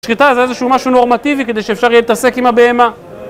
שחיתה זה איזשהו משהו נורמטיבי כדי שאפשר יהיה להתעסק עם הבהמה